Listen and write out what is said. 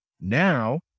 Now